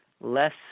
less